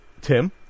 Tim